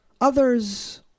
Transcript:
Others